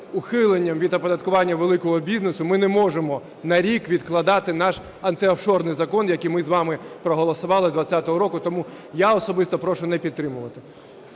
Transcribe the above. ухиленням від оподаткування великого бізнесу, ми не можемо на рік відкладати наш антиофшорний закон, який ми з вами проголосували 20-го року. Тому я особисто прошу не підтримувати.